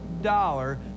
dollar